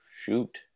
shoot